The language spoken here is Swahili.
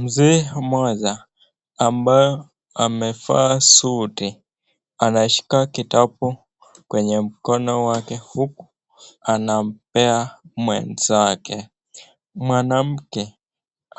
Mzee mmoja ambaye amevaa suti anashika kitabu kwenye mkono wake huku anampea mwenzake. Mwanamke